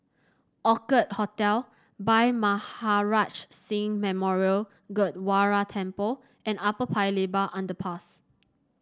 Orchid Hotel Bhai Maharaj Singh Memorial Gurdwara Temple and Upper Paya Lebar Underpass